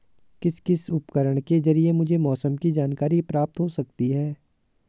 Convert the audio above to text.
किस किस उपकरण के ज़रिए मुझे मौसम की जानकारी प्राप्त हो सकती है?